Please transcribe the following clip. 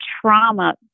trauma